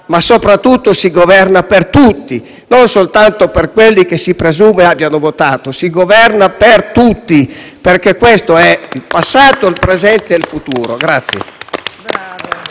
sapere che si governa per tutti, non soltanto per quelli che si presume abbiano votato. Si governa per tutti, perché questo è il passato, il presente e il futuro.